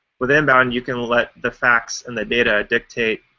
with inbound you can let the facts and the data dictate